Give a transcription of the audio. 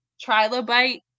trilobite